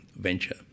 venture